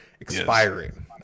expiring